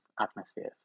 atmospheres